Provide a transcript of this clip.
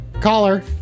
Caller